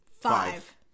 Five